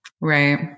right